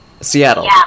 Seattle